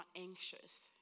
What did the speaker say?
anxious